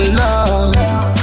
love